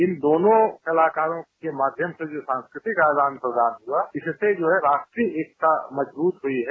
इन दोनों कलाकारों के माध्यम से जो सांस्कृतिक आदान प्रदान हुआ इससे जो है राष्ट्रीय हितता मजबूत हुई है